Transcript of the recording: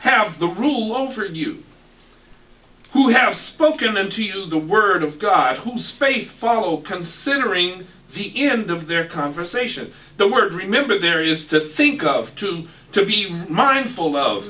have the rule over you who have spoken them to you the word of god whose faith follow considering the end of their conversation the word remember there is to think of to to be mindful of